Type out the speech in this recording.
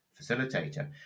facilitator